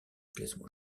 classement